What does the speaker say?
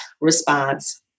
response